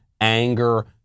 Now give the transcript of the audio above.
anger